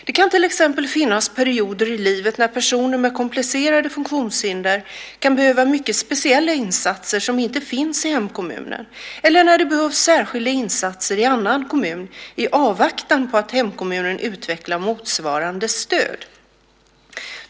Det kan till exempel finnas perioder i livet när personer med komplicerade funktionshinder kan behöva mycket speciella insatser som inte finns i hemkommunen eller när det behövs särskilda insatser i en annan kommun i avvaktan på att hemkommunen utvecklar motsvarande stöd.